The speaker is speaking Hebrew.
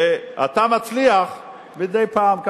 ואתה מצליח מדי פעם,